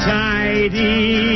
tidy